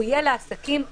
יהיה לעסקים גדולים,